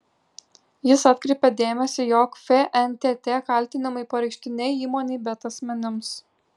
jis atkreipia dėmesį jog fntt kaltinimai pareikšti ne įmonei bet asmenims